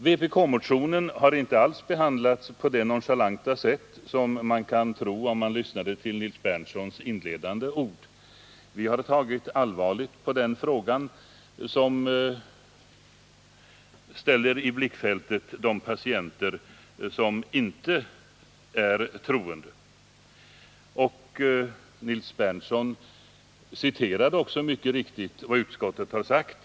Vpk-motionen har inte alls behandlats på det nonchalanta sätt som man kunde tro, när man lyssnade på Nils Berndtsons inledande ord. Vi har tagit allvarligt på denna fråga, som ställer i blickfältet de patienter som inte är troende. Nils Berndtson citerade mycket riktigt vad utskottet har sagt.